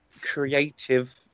creative